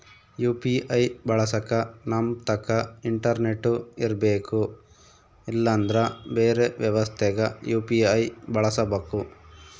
UPI ಬಳಸಕ ನಮ್ತಕ internet ಇರರ್ಬೆಕು ಇಲ್ಲಂದ್ರ ಬೆರೆ ವ್ಯವಸ್ಥೆಗ ಯು.ಪಿ.ಐ ಬಳಸಬಕು